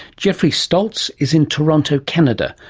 jeffrey stoltz is in toronto, canada,